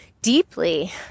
deeply